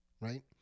Right